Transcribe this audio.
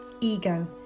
Ego